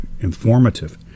informative